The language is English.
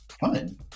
fun